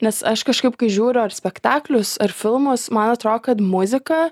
nes aš kažkaip kai žiūriu ar spektaklius ar filmus man atrodo kad muzika